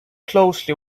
closely